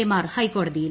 എമാർ ഹൈക്കോടതിയിൽ